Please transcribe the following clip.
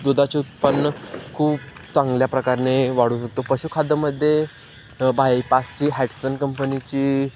दुधाचे उत्पन्न खूप चांगल्या प्रकाराने वाढवू शकतो पशुखाद्यामध्ये बायपासची हॅटसन कंपनीची